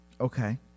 Okay